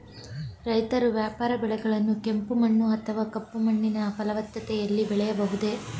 ರೈತರು ವ್ಯಾಪಾರ ಬೆಳೆಗಳನ್ನು ಕೆಂಪು ಮಣ್ಣು ಅಥವಾ ಕಪ್ಪು ಮಣ್ಣಿನ ಫಲವತ್ತತೆಯಲ್ಲಿ ಬೆಳೆಯಬಹುದೇ?